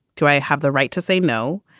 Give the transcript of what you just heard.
do i have the right to say no?